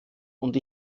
und